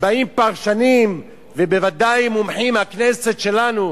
באים פרשנים, ובוודאי מומחים מהכנסת שלנו,